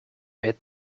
hit